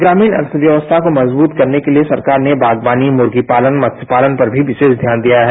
ग्रामीण अर्थव्यवस्था को मजबूत करने के लिए सरकार ने बागवानी मुर्गी पालन मस्य पालय पर भी विशेश ध्यान दिया है